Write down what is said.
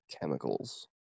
chemicals